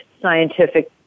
scientific